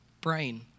brain